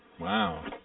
Wow